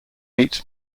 meets